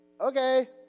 okay